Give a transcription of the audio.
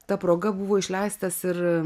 ta proga buvo išleistas ir